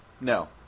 no